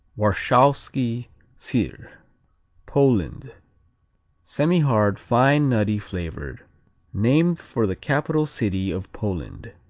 warshawski syr poland semihard fine nutty flavor named for the capital city of poland.